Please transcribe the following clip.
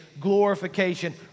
glorification